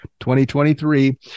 2023